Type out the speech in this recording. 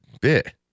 bit